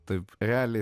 taip reliai